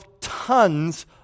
tons